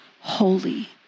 holy